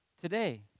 Today